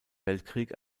weltkrieg